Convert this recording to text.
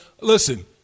listen